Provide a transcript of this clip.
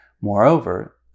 Moreover